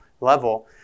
level